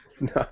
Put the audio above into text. No